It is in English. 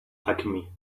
alchemy